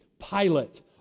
Pilate